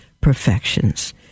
perfections